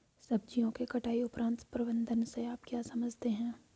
सब्जियों के कटाई उपरांत प्रबंधन से आप क्या समझते हैं?